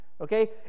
Okay